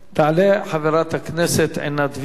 תעלה חברת הכנסת עינת וילף,